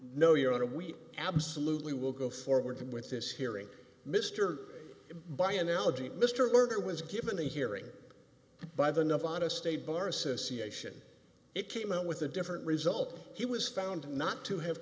no your honor we absolutely will go forward with this hearing mr by analogy mr berger was given a hearing by the nuff on a state bar association it came out with a different result he was found not to have